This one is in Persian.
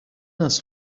است